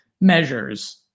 measures